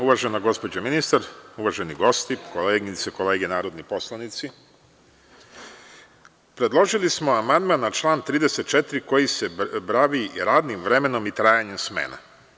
Uvažena gospođo ministar, uvaženi gosti, koleginice i kolege narodni poslanici, predložili smo amandman na član 34. koji se bavi radnim vremenom i trajanjem smene.